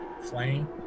flame